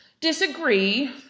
disagree